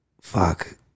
fuck